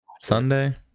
Sunday